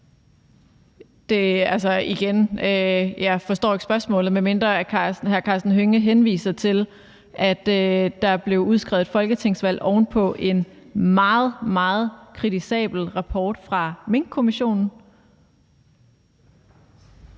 Jeg forstår igen ikke spørgsmålet, medmindre hr. Karsten Hønge henviser til, at der blev udskrevet folketingsvalg oven på en meget, meget kritisk rapport fra Minkkommissionen.